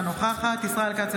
אינה נוכחת ישראל כץ,